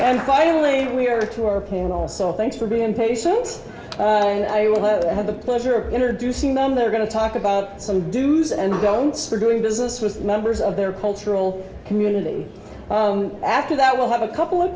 finally we are to our panel so thanks for being patient and i will have the pleasure of introducing them they're going to talk about some do's and don'ts for doing business with members of their cultural community after that we'll have a couple of